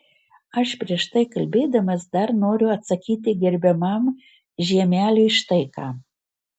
aš prieš tai kalbėdamas dar noriu atsakyti gerbiamam žiemeliui štai ką